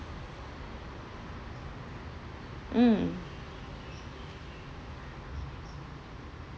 mm